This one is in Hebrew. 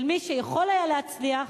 מי שיכול היה להצליח,